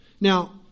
Now